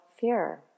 fear